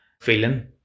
feeling